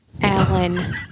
Alan